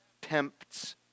tempts